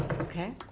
okay.